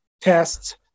tests